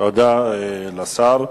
תודה לשר.